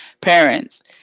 parents